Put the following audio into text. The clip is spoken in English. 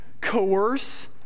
coerce